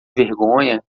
vergonha